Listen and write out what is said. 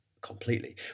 completely